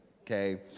okay